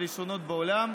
בעולם,